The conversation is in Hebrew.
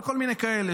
וכל מיני כאלה.